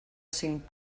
cinc